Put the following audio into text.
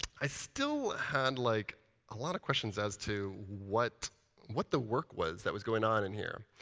i still had like a lot of questions as to what what the work was that was going on in here.